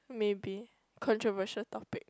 maybe controversial topic